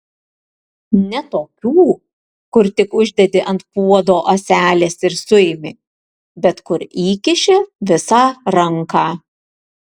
ne tokių kur tik uždedi ant puodo ąselės ir suimi bet kur įkiši visą ranką